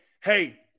hey